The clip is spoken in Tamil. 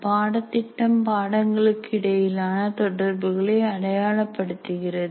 பாடத்திட்டம் பாடங்களுக்கு இடையிலான தொடர்புகளை அடையாளப்படுத்துகிறது